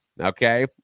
Okay